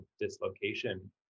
dislocation